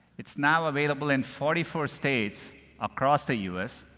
it's now available in forty four states across the us.